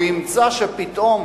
הוא ימצא פתאום